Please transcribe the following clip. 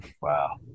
Wow